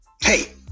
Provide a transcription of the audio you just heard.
Hey